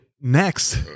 next